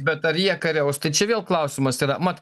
bet ar jie kariaus tai čia vėl klausimas yra mat